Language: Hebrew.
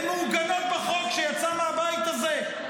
הן מעוגנות בחוק שיצא מהבית הזה.